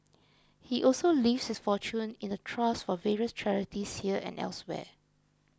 he also leaves his fortune in a trust for various charities here and elsewhere